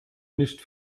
nicht